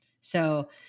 So-